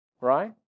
right